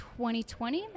2020